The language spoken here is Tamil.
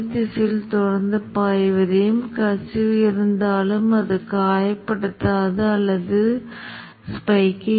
இது மறுபடியும் கருப்பு பின்னணி எனக்கு பிடிக்கவில்லை நான் முன்புறத்தின் வெள்ளை நிறத்தை கருப்பு நிறமாக அமைத்து அலை வடிவங்களை மீண்டும் பார்க்கிறேன்